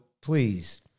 please